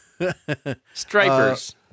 stripers